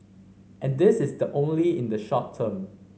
and this is the only in the short term